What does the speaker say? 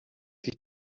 sich